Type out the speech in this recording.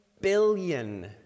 billion